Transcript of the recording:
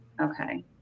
Okay